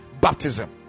baptism